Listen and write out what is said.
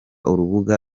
urubuga